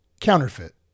Counterfeit